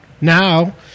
now